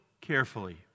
carefully